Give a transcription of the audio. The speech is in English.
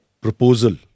proposal